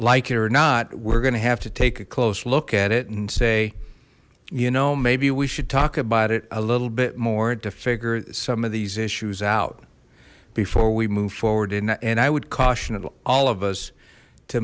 like it or not we're gonna have to take a close look at it and say you know maybe we should talk about it a little bit more to figure some of these issues out before we move forward in and i would caution it all of us to